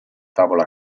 tavola